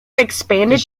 expanded